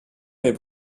met